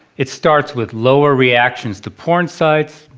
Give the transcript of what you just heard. it starts with lower reactions to porn sites.